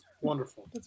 Wonderful